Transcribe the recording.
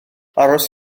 aros